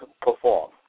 perform